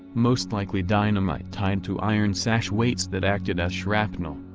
most likely dynamite tied to iron sash weights that acted as shrapnel.